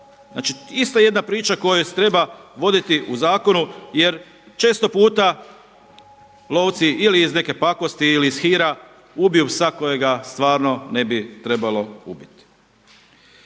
Znači isto jedna priča koje se treba voditi u zakonu jer često puta lovci ili iz neke pakosti ili iz hira ubiju psa kojega stvarno ne bi trebalo ubiti.